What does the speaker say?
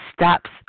steps